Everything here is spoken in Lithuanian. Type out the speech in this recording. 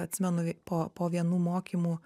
atsimenu po po vienų mokymų